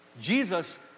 jesus